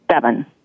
seven